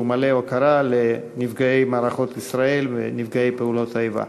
שהוא מלא הוקרה לנפגעי מערכות ישראל ונפגעי פעולות האיבה.